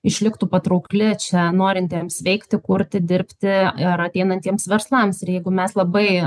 išliktų patraukli čia norintiems veikti kurti dirbti ir ateinantiems verslams ir jeigu mes labai